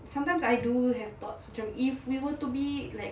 sometimes I do have thoughts macam if we want to be like